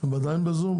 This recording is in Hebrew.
עדיין בזום?